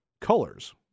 colors